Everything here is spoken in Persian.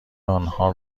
آنها